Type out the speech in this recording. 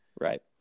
Right